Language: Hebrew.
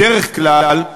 בדרך כלל,